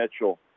mitchell